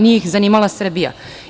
Nije ih zanimala Srbija.